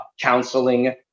counseling